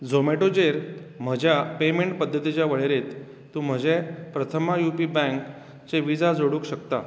झोमेटोचेर म्हज्या पेमेंट पद्दतींच्या वळेरेंत तूं म्हजें प्रथमा यू पी बँक चें विजा जोडूंक शकता